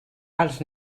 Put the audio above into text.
els